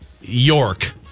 York